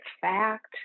fact